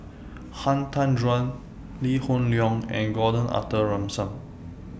Han Tan Juan Lee Hoon Leong and Gordon Arthur Ransome